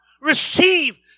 receive